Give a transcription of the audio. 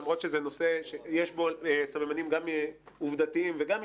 למרות שזה נושא שיש בו סממנים גם עובדתיים וגם משפטיים,